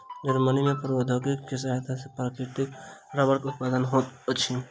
Germany में प्रौद्योगिकी के सहायता सॅ प्राकृतिक रबड़ के उत्पादन होइत अछि